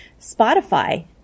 Spotify